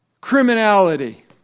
criminality